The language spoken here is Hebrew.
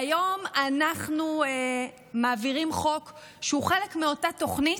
היום אנחנו מעבירים חוק שהוא חלק מאותה תוכנית,